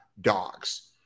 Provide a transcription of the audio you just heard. dogs